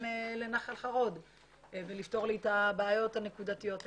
לנחל חרוד ולפתור את הבעיות הנקודתיות האלו.